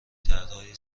طرحهای